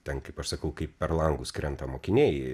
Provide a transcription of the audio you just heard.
ten kaip aš sakau kai per langus krenta mokiniai